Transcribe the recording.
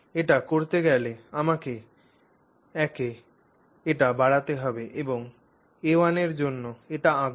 এটি করতে গেলে আমাকে এঁকে এটি বাড়াতে হবে এবং a1 এর জন্য এটিকে আঁকব